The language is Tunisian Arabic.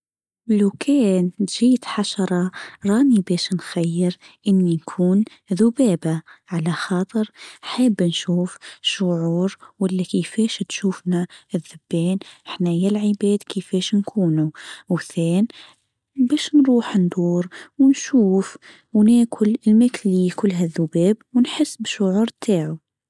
لو كان جيت حشره راني بش نخير إني أكون ذبابه على خاطر حبه نشوف شعور ولا كيفاش تشوفنا الذبان احنا يا العباد كيفاش نكونوا. وثان مش نروح ندور ونشوف وناكل المثلي كلها الذباب ونحس بشعور تاعه.